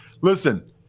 Listen